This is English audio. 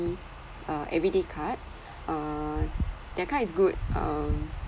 uh everyday card err that card is good um